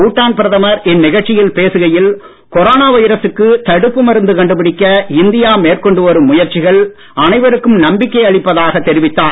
பூட்டான் பிரதமர் இந்நிகழ்ச்சியில் பேசுகையில் கொரோனா வைரசுக்கு தடுப்பு மருந்து கண்டுபிடிக்க இந்தியா மேற்கொண்டு வரும் முயற்சிகள் அனைவருக்கும் நம்பிக்கை அளிப்பதாகத் தெரிவித்தார்